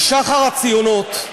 משחר הציונות,